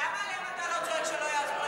למה עליהם אתה לא צועק שלא יעזרו לך?